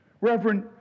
Reverend